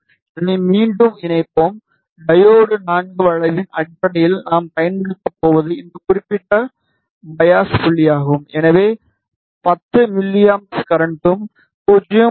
இதை மீண்டும் இணைப்போம் டையோடு IV வளைவின் அடிப்படையில் நாம் பயன்படுத்தப் போவது இந்த குறிப்பிட்ட பையாஸ் புள்ளியாகும் எனவே 10 எம்எகளின் கரெண்டும் 0